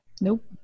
Nope